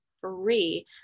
free